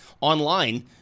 online